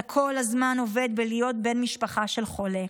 אתה כל הזמן עובד בלהיות בן משפחה של חולה.